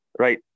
right